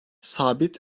sabit